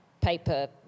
paper